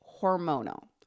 hormonal